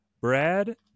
Brad